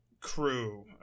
crew